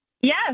Yes